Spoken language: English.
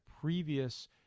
previous